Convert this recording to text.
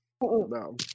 No